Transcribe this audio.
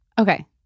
Okay